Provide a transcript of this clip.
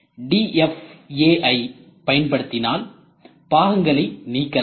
DFA ஐ பயன்படுத்தினால் பாகங்களை நீக்கலாம்